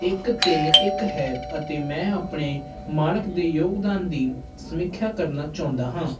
ਇੱਕ ਤਿੰਨ ਇੱਕ ਹੈ ਅਤੇ ਮੈਂ ਆਪਣੇ ਮਾਲਕ ਦੇ ਯੋਗਦਾਨ ਦੀ ਸਮੀਖਿਆ ਕਰਨਾ ਚਾਹੁੰਦਾ ਹਾਂ